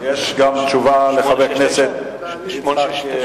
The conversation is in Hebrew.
יש גם תשובה לחבר הכנסת וקנין.